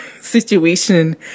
situation